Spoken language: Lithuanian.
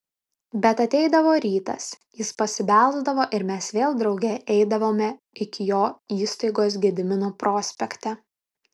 bet ateidavo rytas jis pasibelsdavo ir mes vėl drauge eidavome iki jo įstaigos gedimino prospekte